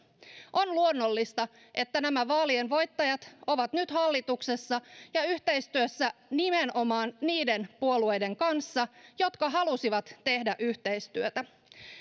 on luonnollista että nämä vaalien voittajat ovat nyt hallituksessa ja ja yhteistyössä nimenomaan niiden puolueiden kanssa jotka halusivat tehdä yhteistyötä